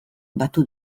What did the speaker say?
batu